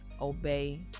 obey